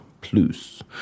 Plus